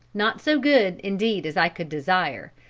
not so good, indeed, as i could desire,